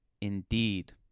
indeed